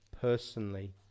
personally